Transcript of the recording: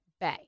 Bay